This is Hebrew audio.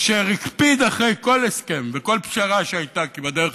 אשר הקפיד אחרי כל הסכם וכל פשרה שהייתה, כי בדרך